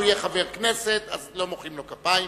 הוא יהיה חבר כנסת אז לא מוחאים לו כפיים,